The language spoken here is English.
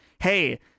hey